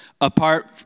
apart